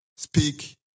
speak